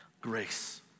grace